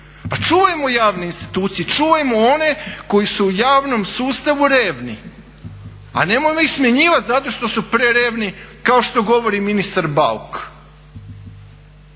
čuvajmo javne institucije, čuvajmo one koji su u javnom sustavu revni, a nemojmo ih smjenjivat zato što su prerevni, kao što govori ministar Bauk.